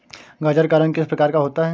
गाजर का रंग किस प्रकार का होता है?